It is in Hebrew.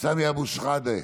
סמי אבו שחאדה,